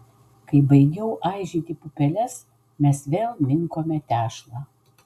kai baigiau aižyti pupeles mes vėl minkome tešlą